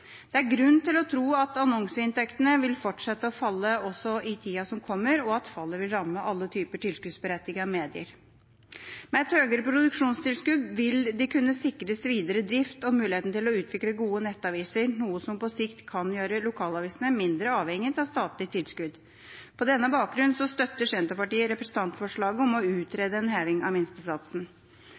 Det er grunn til å tro at annonseinntektene vil fortsette å falle også i tida som kommer, og at fallet vil ramme alle typer tilskuddsberettigede medier. Med et høyere produksjonstilskudd vil de kunne sikres videre drift og mulighet til å utvikle gode nettaviser, noe som på sikt kan gjøre lokalavisene mindre avhengige av statlige tilskudd. På denne bakgrunn støtter Senterpartiet representantforslaget om å utrede en heving av minstesatsen.